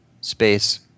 space